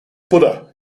buddha